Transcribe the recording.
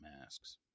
masks